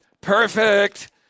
Perfect